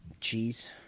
Cheese